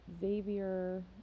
Xavier